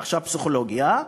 עכשיו פסיכולוגיה,